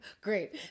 Great